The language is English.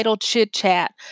chit-chat